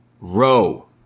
Row